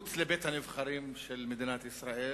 מחוץ לבית-הנבחרים של מדינת ישראל,